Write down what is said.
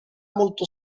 molto